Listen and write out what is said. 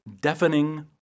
deafening